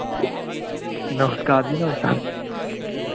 नमस्कार जी नमस्कार